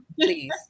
Please